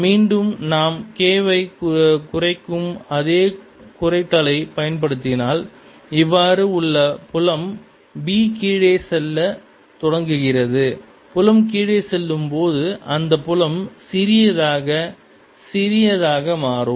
மீண்டும் நாம் K வை குறைக்கும் அதே குறைத்தலை பயன்படுத்தினால் இவ்வாறு உள்ள புலம் B கீழே செல்ல தொடங்குகிறது புலம் கீழே செல்லும் போது அந்தப்புலம் சிறியதாக சிறியதாக மாறும்